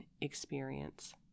experience